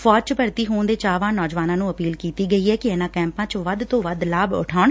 ਫੌਜ ਚ ਭਰਤੀ ਹੋਣ ਦੇ ਚਾਹਵਾਨ ਨੌਜਵਾਨਾਂ ਨੁੰ ਅਪੀਲ ਕੀਤੀ ਗਈ ਐ ਕਿ ਇਨੁਾਂ ਕੈਂਪਾਂ ਦਾ ਵੱਧ ਤੋਂ ਵੱਧ ਲਾਭ ਉਠਾਉਣ